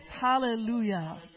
Hallelujah